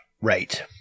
Right